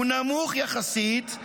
הוא נמוך יחסית,